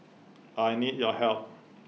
I need your help